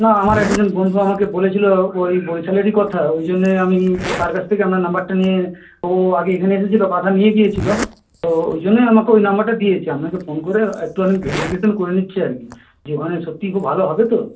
না আমার একজন বন্ধু আমাকে বলেছিল ওই বরিশালেরই কথা ওই জন্য আমি তার কাছ থেকে আপনার নাম্বারটা নিয়ে ও আগে এখানে এসেছিল কাঁথা নিয়ে গিয়েছিল তো ওই জন্যই আমাকে ওই নম্বরটা দিয়েছে আপনাকে ফোন করে একটু আমি ভেরিফিকেশন করে নিচ্ছি আর কি যে ওখানে সত্যিই খুব ভালো হবে তো